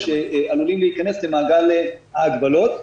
שעלולים להיכנס למעגל ההגבלות.